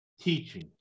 teaching